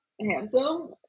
handsome